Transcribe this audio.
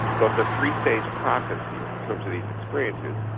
so it's a three-stage process here in terms of these experiences.